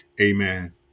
Amen